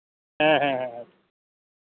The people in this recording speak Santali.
ᱦᱮᱸ ᱦᱮᱸ